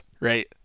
right